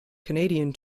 canadian